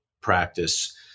practice